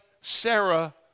Sarah